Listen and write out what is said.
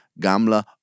Gamla